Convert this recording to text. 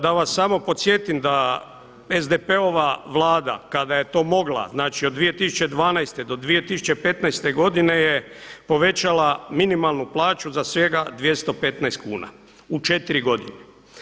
Da vas samo podsjetim da SDP-ova Vlada kada je to mogla, znači od 2012. do 2015. godine je povećala minimalnu plaću za svega 215 kuna u 4 godine.